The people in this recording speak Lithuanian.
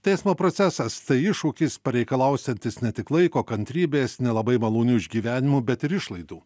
teismo procesas tai iššūkis pareikalausiantis ne tik laiko kantrybės nelabai malonių išgyvenimų bet ir išlaidų